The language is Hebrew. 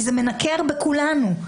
אם לא נטפל בזה מיידית,